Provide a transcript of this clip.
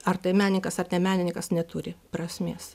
ar tai menininkas ar ne menininkas neturi prasmės